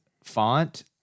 font